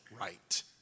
right